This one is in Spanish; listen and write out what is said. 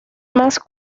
más